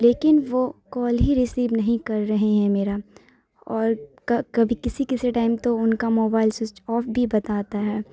لیکن وہ کال ہی ریسیو نہیں کر رہے ہیں میرا اور کبھی کسی کسی ٹائم ان کا موبائل سوئچٹ آف بھی بتاتا ہے